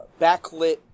backlit